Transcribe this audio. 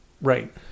Right